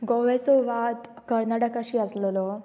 गोवेचो वाद कर्नाटकशी आसलेलो